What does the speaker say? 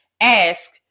ask